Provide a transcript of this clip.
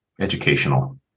educational